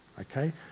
okay